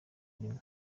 rimwe